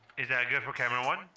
is that good for camera one?